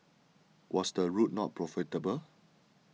was the route not profitable